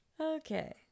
Okay